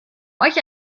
euch